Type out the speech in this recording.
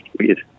weird